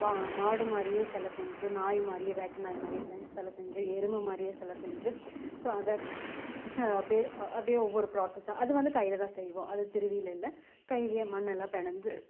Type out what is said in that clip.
பா மாடு மாதிரியே செலை செஞ்சு நாய் மாதிரியே வேட்டை நாய் மாதிரியே செஞ் செலை செஞ்சு எருமை மாதிரியே செலை செஞ்சு ஸோ அதை அப்படியே அப்டிபயே ஒரு ப்ராசஸ் அது வந்து கையில் தான் செய்வோம் அது திருவில இல்லை கைல அது மண்ணுலேயே பினஞ்சி